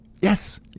Yes